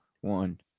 one